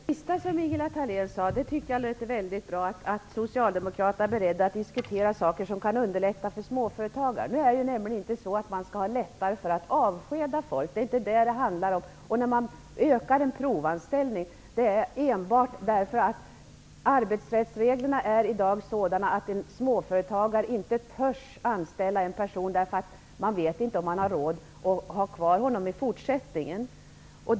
Fru talman! Det sista som Ingela Thalén sade tyckte jag lät väldigt bra, dvs. att Socialdemokraterna är beredda att diskutera saker som kan underlätta för småföretagare. Nu är det inte så att det skall vara lättare att avskeda folk. Det är inte vad det handlar om. Att man utökar möjligheten till provanställning beror enbart på att arbetsrättsreglerna i dag är sådana att småföretagare inte törs anställa en person eftersom man inte vet om man har råd att ha kvar honom i fortsättningen.